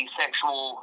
sexual